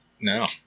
no